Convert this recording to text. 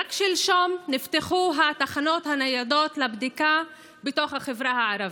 ורק שלשום נפתחו התחנות הניידות לבדיקה בתוך החברה הערבית.